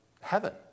heaven